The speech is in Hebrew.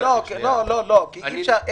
לא מבין איזו בעיה מייצרים פה.